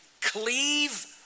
Cleave